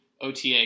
OTA